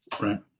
Right